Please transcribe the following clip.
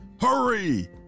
Hurry